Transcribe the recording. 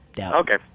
Okay